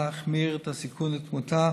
ולהחמיר את הסיכון לתמותה